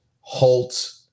halt